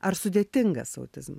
ar sudėtingas autizmas